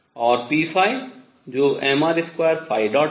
और p जो mr2 है